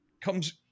comes